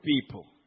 people